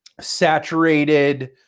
saturated